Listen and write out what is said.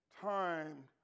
time